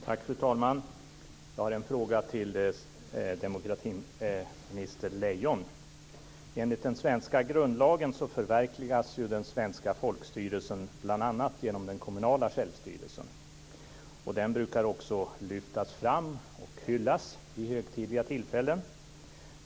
Fru talman! Jag har en fråga till demokratiminister Enligt den svenska grundlagen förverkligas den svenska folkstyrelsen bl.a. genom den kommunala självstyrelsen. Den brukar också lyftas fram och hyllas vid högtidliga tillfällen.